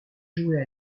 jouée